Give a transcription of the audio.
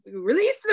release